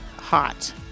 hot